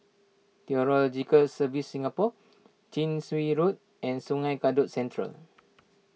Meteorological Services Singapore Chin Swee Road and Sungei Kadut Central